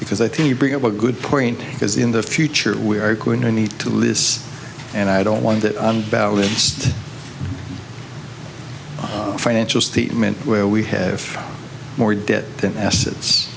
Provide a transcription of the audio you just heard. because i think you bring up a good point because in the future we are going to need two lists and i don't want that unbalanced financial statement where we have more debt than assets